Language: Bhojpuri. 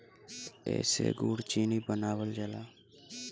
एसे गुड़ चीनी बनावल जाला